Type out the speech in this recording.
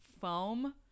foam